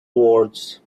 words